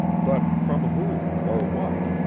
but from whom or what?